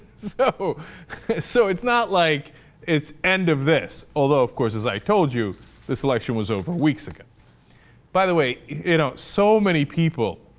stucco so it's not like it's end of this although of course as i told you this election was over weeks like by the way it up so many people